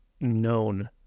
known